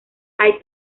hay